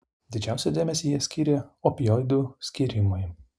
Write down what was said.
didžiausią dėmesį jie skyrė opioidų skyrimui